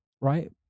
right